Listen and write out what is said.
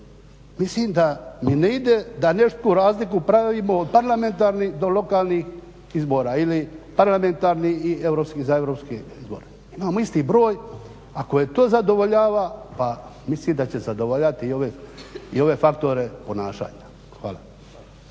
Mislim da mi ne ide da neku razliku pravimo od parlamentarnih do lokalnih izbora ili parlamentarnih i europskih, za europske izbore. Imamo isti broj. Ako to zadovoljava, pa mislim da će zadovoljavati i ove faktore ponašanja. Hvala.